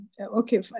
okay